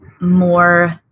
more